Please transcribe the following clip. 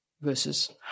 versus